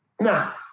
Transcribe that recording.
Now